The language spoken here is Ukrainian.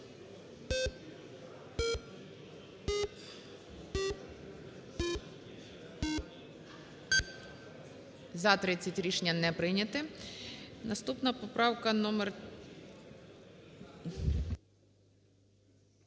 За-30 Рішення не прийняте. Наступна поправка номер…